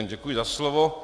Děkuji za slovo.